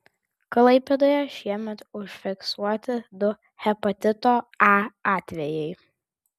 klaipėdoje šiemet užfiksuoti du hepatito a atvejai